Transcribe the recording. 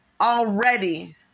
already